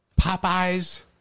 Popeyes